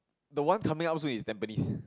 the one coming out soon is Tampines